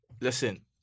listen